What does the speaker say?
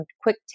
quick